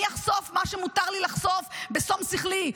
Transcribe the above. אני אחשוף מה שמותר לי לחשוף בשום שכלי.